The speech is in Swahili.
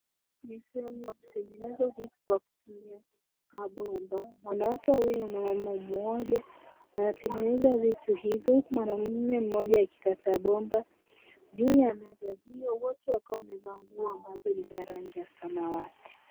Ni sehemu ya kutengeneza vitu kwa kutumia mabomba. Mwanamke huyu na mwanamume mmoja wanatengeneza vitu hivyo huku mwanamume mmoja akikata bomba juu ya meza hiyo wote wakiwa wamevaa nguo ambazo ni za rangi ya samawati.